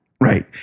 Right